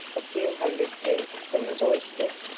a few hundred feet from a boisterous,